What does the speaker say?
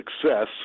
success